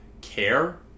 care